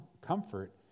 comfort